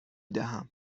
دهم